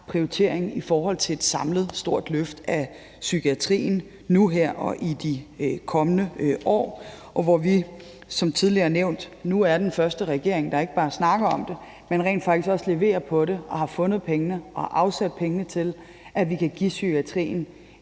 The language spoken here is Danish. prioritering i forhold til et samlet stort løft af psykiatrien nu og her og i de kommende år, og der er vi som tidligere nævnt den første regering, der ikke bare snakker om det, men rent faktisk også leverer på det og har fundet og afsat pengene til, at vi kan give psykiatrien